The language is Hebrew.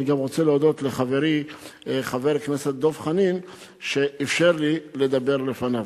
אני גם רוצה להודות לחברי חבר הכנסת דב חנין שאפשר לי לדבר לפניו.